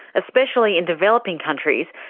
especially in developing countries,